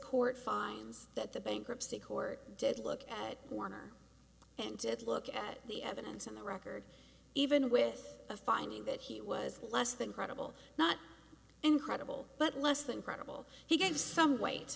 court finds that the bankruptcy court did look at warner and look at the evidence in the record even with a finding that he was less than credible not incredible but less than credible he gained some weight